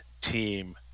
team